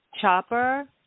chopper